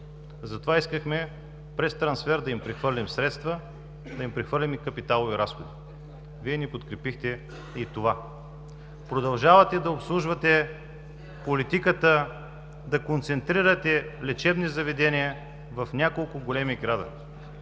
Затова искахме през трансфер да им прехвърлим средства, да им прехвърлим и капиталови разходи. Вие не подкрепихте и това. Продължавате да обслужвате политиката да концентрирате лечебни заведения в няколко големи града.